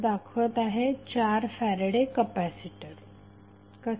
दाखवत आहे 4 Faraday capacitor कसा